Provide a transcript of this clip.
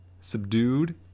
Subdued